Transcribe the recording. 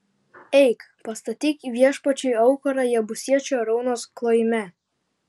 eik pastatyk viešpačiui aukurą jebusiečio araunos klojime